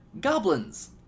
goblins